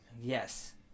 Yes